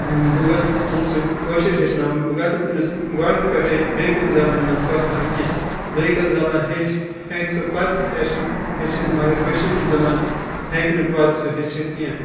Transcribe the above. بہٕ گَژھَن سُہ کٲشُر ہیٚچھناوُن بہٕ گَژھنہٕ تٔمِس گۄڈنِک پیٚٹھے بیٚیہِ کُنہِ زَبانہِ مَنٛز کَتھ کَرُن کینٛہہ بیٚیہِ کُنہِ زَبان ہیٚکہِ سُہ پَتہٕ تہِ ہیٚچھِتھ مَگر کٔشیٖر زَبان ہیٚکہِ نہٕ پَتہٕ سُہ ہیٚچھِتھ کینٛہہ